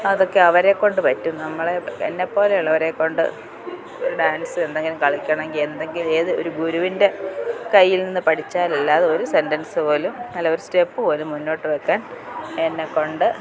അതൊക്കെ അവരെക്കൊണ്ട് പറ്റും നമ്മളെ എന്നെപ്പോലെയുള്ളവരെക്കൊണ്ട് ഡാൻസ് എന്തെങ്കിലും കളിക്കണമെങ്കില് എന്തെങ്കിലും ഏത് ഒരു ഗുരുവിൻ്റെ കയ്യിൽ നിന്നു പഠിച്ചാലല്ലാതെ ഒരു സെന്റൻസ് പോലും അല്ല ഒരു സ്റ്റെപ്പ് പോലും മുന്നോട്ടുവയ്ക്കാൻ എന്നെക്കൊണ്ട്